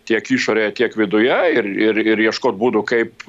tiek išorėje tiek viduje ir ir ieškot būdų kaip